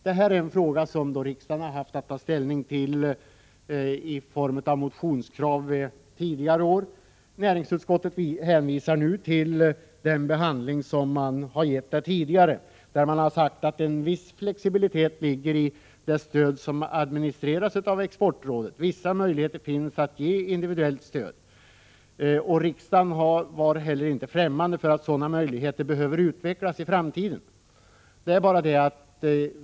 Detta är en fråga som riksdagen flera år har haft att ta ställning till i form av motionskrav. Näringsutskottet hänvisar nu till tidigare behandling, då man har sagt att en viss flexibilitet ligger i det stöd som administreras av exportrådet. Det finns möjligheter att ge individuellt stöd. Riksdagen har heller inte varit främmande för att sådana möjligheter behöver utvecklas i framtiden.